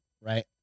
right